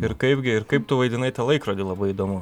ir kaipgi ir kaip tu vaidinai tą laikrodį labai įdomu